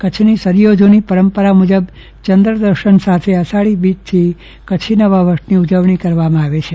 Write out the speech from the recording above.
કચ્છની સદીઓ જૂની પરંપરા મુજબ ચન્દ્રદર્શન સાથે અસાઢી બીજથી કચ્છી નવા વર્ષની ઉજવણી કરવામાં આવે છે